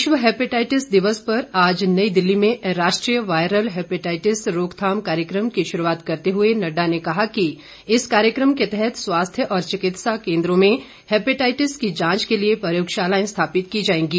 विश्व हेपेटाइटिस दिवस पर आज नई दिल्ली में राष्ट्रीय वायरल हेपेटाइटिस रोकथाम कार्यक्रम की शुरूआत करते हुए नड्डा ने कहा कि इस कार्यक्रम के तहत स्वास्थ्य और चिकित्सा केन्द्रों में हेपेटाइटिस की जांच के लिए प्रयोगशालाएं स्थापित की जाएंगी